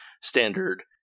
standard